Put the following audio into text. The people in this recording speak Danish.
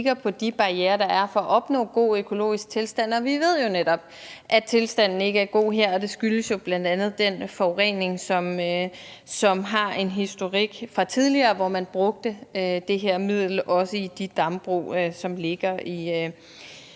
som kigger på de barrierer, der er for at opnå gode økologiske tilstande. Vi ved jo netop, at tilstanden ikke er god her, og det skyldes bl.a. den forurening, som har en historik fra tidligere, hvor man brugte det her middel, også i de dambrug, som ligger i